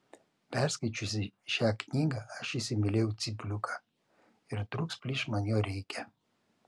perskaičiusi šią knygą aš įsimylėjau cypliuką ir trūks plyš man jo reikia